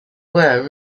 were